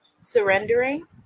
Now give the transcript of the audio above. Surrendering